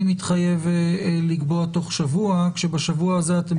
אני מתחייב לקבוע תוך שבוע כשבשבוע הזה אתם